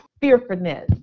fearfulness